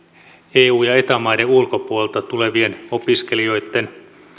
eu ja eta maiden ulkopuolelta tulevien opiskelijoitten